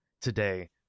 today